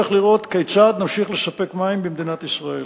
לראות כיצד נמשיך לספק מים במדינת ישראל.